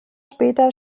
später